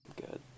good